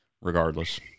regardless